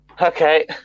Okay